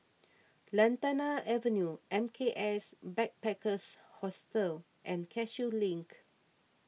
Lantana Avenue M K S Backpackers Hostel and Cashew Link